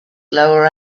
lower